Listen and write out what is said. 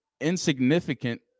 insignificant